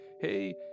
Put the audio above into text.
hey